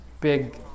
big